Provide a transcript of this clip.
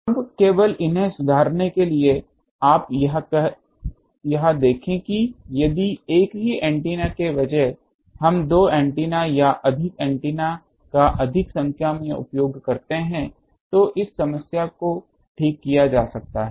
अब केवल इन्हें सुधारने के लिए आप यह देखें कि यदि एक ही एंटीना के बजाय हम दो एंटीना या अधिक एंटीना का अधिक संख्या में उपयोग करते हैं तो इस समस्या को ठीक किया जा सकता है